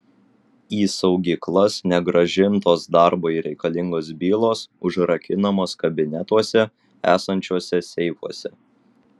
į saugyklas negrąžintos darbui reikalingos bylos užrakinamos kabinetuose esančiuose seifuose